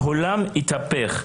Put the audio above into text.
העולם התהפך,